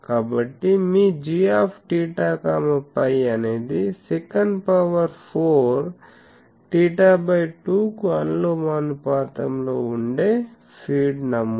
కాబట్టి మీ gθ φ అనేది sec4 θ 2 కు అనులోమానుపాతంలో ఉండే ఫీడ్ నమూనా